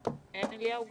אין אליהו גולד?